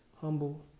Humble